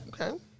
Okay